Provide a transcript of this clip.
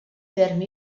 vermi